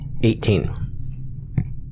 Eighteen